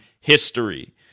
history